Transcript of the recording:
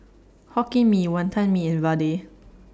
Hokkien Mee Wonton Mee and Vadai